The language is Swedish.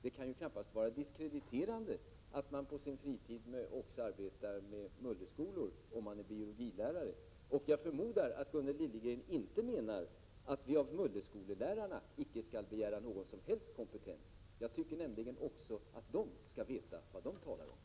Det kan knappast vara diskrediterande att man på sin fritid också arbetar med mulleskolan, om man är biologilärare. Jag förmodar att Gunnel Liljegren inte menar att vi av mulleskolelärarna inte skall begära någon som helst kompetens. Jag tycker nämligen också att de skall veta vad de talar om.